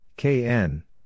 KN